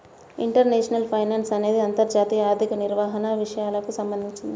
international finance అనేది అంతర్జాతీయ ఆర్థిక నిర్వహణ విషయాలకు సంబంధించింది